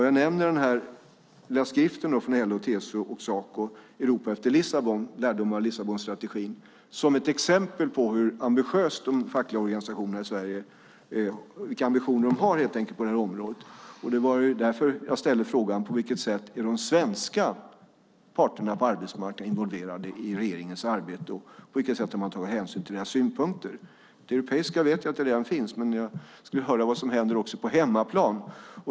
Jag nämner den lilla skriften Europa efter Lissabon - lärdomar av Lissabonstrategin 2000-2009 från LO, TCO och Saco som ett exempel på vilka ambitioner de fackliga organisationerna i Sverige har på det här området. Därför ställde jag frågan: På vilket sätt är de svenska parterna på arbetsmarknaden involverade i regeringens arbete, och på vilket sätt har man tagit hänsyn till deras synpunkter? Dialogen på europeisk nivå vet jag finns, men jag skulle vilja höra vad som händer också på hemmaplan.